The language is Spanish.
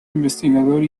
investigador